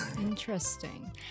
Interesting